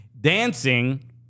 dancing